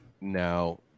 now